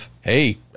hey